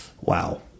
Wow